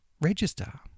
register